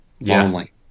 lonely